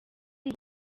ngo